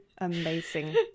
Amazing